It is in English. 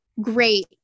great